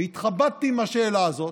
והתחבטתי עם השאלה הזאת,